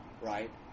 right